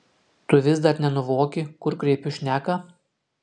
tu vis dar nenuvoki kur kreipiu šneką